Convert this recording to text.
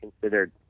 considered